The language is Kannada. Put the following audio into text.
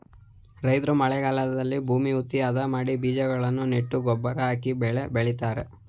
ರೈತ್ರು ಮಳೆಗಾಲದಲ್ಲಿ ಭೂಮಿ ಹುತ್ತಿ, ಅದ ಮಾಡಿ ಬೀಜಗಳನ್ನು ನೆಟ್ಟು ಗೊಬ್ಬರ ಹಾಕಿ ಬೆಳೆ ಬೆಳಿತರೆ